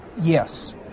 yes